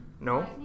No